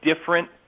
different